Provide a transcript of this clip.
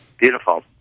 Beautiful